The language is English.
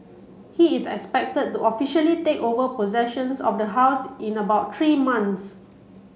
he is expected to officially take over possessions of the house in about three months